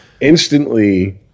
instantly